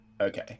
Okay